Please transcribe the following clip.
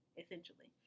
essentially